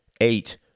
eight